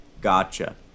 Gotcha